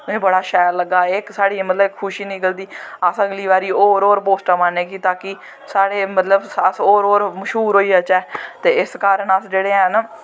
मिगी बड़ा शैल लग्ग दा इस साढ़ी मतलव खुशी निकलदी ऐ अस अगली बारी होर होर पोस्टां पान्ने आं कि ताकि साढ़े मतलव अस होर होर मश्हूर होई जाच्चै ते इस कारण अस जेह्ड़े हैन